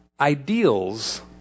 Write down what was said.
Ideals